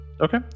Okay